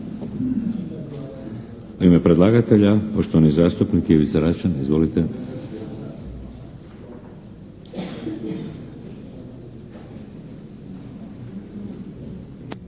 U ime predlagatelja poštovani zastupnik Ivica Račan. Izvolite.